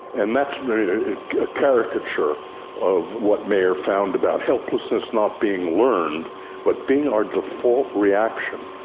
and that's a caricature of what maier found about helplessness not being learned but being our default reaction.